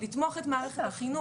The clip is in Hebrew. לתמוך את מערכת החינוך,